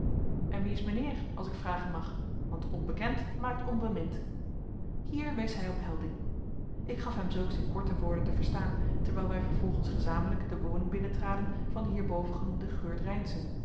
en wie is mijnheer als ik vragen mag want onbekend maakt onbemind hier wees hij op helding ik gaf hem zulks in korte woorden te verstaan terwijl wij vervolgens gezamenlijk de woning binnentraden van den hierbovengenoemden geurt reynszen